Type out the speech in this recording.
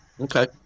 Okay